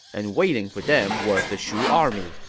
and waiting for them was the shu army.